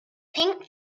pink